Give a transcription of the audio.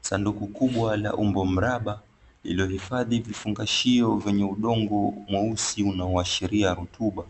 Sanduku kubwa la umbo mraba lililohifadhi vifungashio vyenye udongo mweusi unaoashiria rutuba,